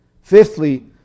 Fifthly